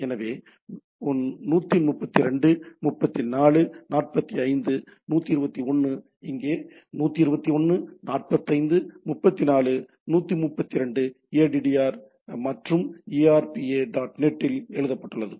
எனவே 132 34 45 121 இங்கே 121 45 34 132 addr மற்றும் arpa dot net இல் எழுதப்பட்டுள்ளது